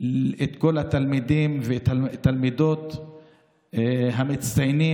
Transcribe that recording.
את כל התלמידים והתלמידות המצטיינים.